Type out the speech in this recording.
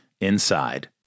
inside